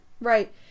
Right